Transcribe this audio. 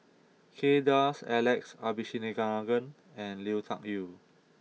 Kay Das Alex Abisheganaden and Lui Tuck Yew